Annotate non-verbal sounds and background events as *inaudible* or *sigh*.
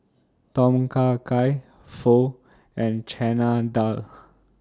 Tom Kha Gai Pho and Chana Dal *noise*